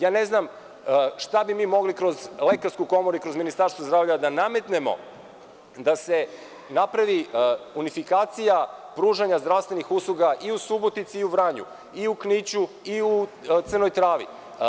Ne znam šta bi mi mogli kroz Lekarsku komoru i Ministarstvo zdravlja da nametnemo da se napravi unifikacija pružanja zdravstvenih usluga i u Subotici, i u Vranju, i Kniću i u Crnoj Travi.